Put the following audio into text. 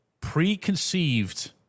preconceived